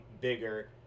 bigger